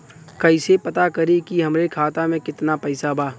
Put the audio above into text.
कइसे पता करि कि हमरे खाता मे कितना पैसा बा?